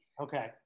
Okay